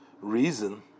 reason